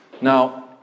Now